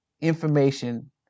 information